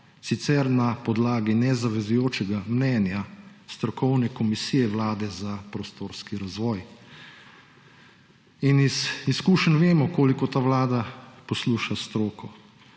sicer na podlagi nezavezujočega mnenja strokovne komisije vlade za prostorski razvoj. Iz izkušenj vemo, koliko ta vlada posluša stroko.